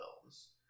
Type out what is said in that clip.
films